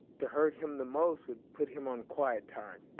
to hurt him the most would put him on quiet time,